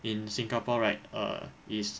in singapore right err is